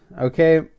Okay